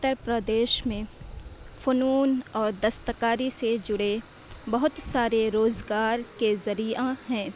اتر پردیش میں فنون اور دستکاری سے جڑے بہت سارے روزگار کے ذریعہ ہیں